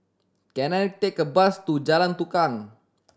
can I take a bus to Jalan Tukang